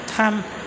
थाम